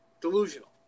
delusional